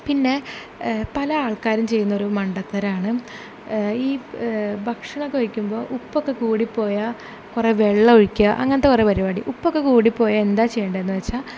പിന്നെ പല ആൾക്കാരും ചെയ്യുന്നൊരു മണ്ടത്തരമാണ് ഈ ഭക്ഷണമൊക്കെ വെക്കുമ്പോൾ ഉപ്പൊക്കെ കൂടിപ്പോയാൽ കുറെ വെള്ളമൊഴിക്കുക അങ്ങനത്തെ കുറെ പരിപാടി ഉപ്പൊക്കെ കൂടിപ്പോയാൽ എന്താ ചെയ്യേണ്ടെന്നെച്ചാൽ